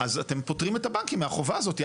אז אתם פוטרים את הבנקים מהחובה הזאת.